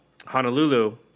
Honolulu